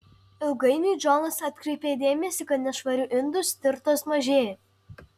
ilgainiui džonas atkreipė dėmesį kad nešvarių indų stirtos mažėja